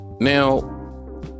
now